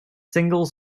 single